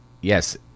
yes